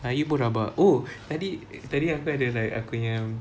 melayu pun rabak oh tadi tadi aku ada like aku nya